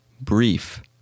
Brief